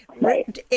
Right